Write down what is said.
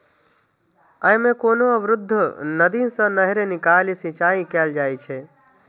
अय मे कोनो अवरुद्ध नदी सं नहरि निकालि सिंचाइ कैल जाइ छै